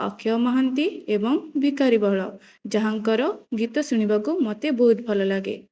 ଅକ୍ଷୟ ମହାନ୍ତି ଏବଂ ଭିକାରି ବଳ ଯାହାଙ୍କର ଗୀତ ଶୁଣିବାକୁ ମୋତେ ବହୁତ ଭଲ ଲାଗେ